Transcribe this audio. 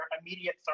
immediate